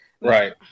right